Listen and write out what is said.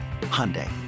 Hyundai